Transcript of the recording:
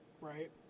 right